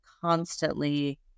constantly